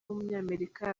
w’umunyamerika